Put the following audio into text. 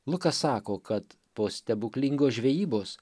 lukas sako kad po stebuklingos žvejybos